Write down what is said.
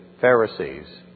Pharisees